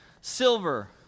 silver